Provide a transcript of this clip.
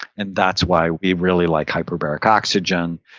and that's why we really like hyperbaric oxygen.